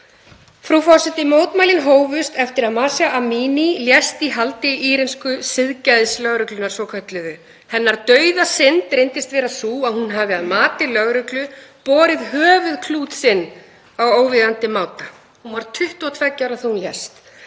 Frú forseti. Mótmælin hófust eftir að Mahsa Amini lést í haldi írönsku siðgæðislögreglunnar svokölluðu. Hennar dauðasynd reyndist vera sú að hún hafði að mati lögreglu borið höfuðklút sinn á óviðeigandi máta. Hún var 22 ára þegar hún lést.